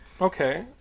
Okay